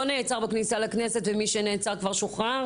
נעצר בכניסה לכנסת ומי שנעצר כבר שוחרר.